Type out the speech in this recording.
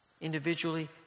individually